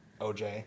OJ